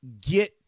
get